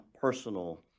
personal